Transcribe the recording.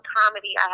comedy